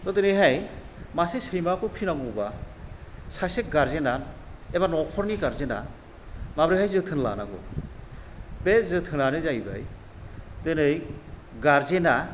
थ' दिनैहाय मासे सैमाखौ फिनांगौबा सासे गारजेना एबा न'खरनि गारजेना माब्रैहाय जोथोन लानांगौ बे जोथोनानो जाहैबाय दिनै गारजेना